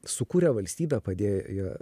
sukūrę valstybę padėję